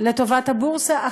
לטובת הבורסה,